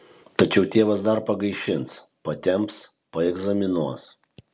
tačiau tėvas dar pagaišins patemps paegzaminuos